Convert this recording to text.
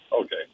Okay